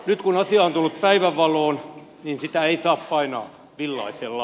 nyt kun asia on tullut päivänvaloon sitä ei saa painaa villaisella